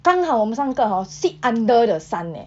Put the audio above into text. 刚好我们三个 hor sit under the sun leh